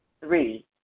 Three